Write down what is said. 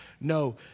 No